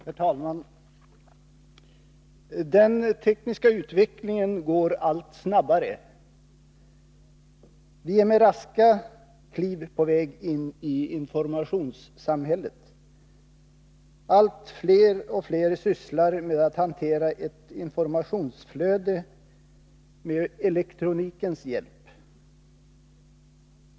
Herr talman! Den tekniska utvecklingen går allt snabbare. Vi är med raska kliv på väg in i informationssamhället. Allt fler sysslar med att hantera ett informationsflöde med elektronikens hjälp.